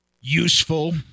useful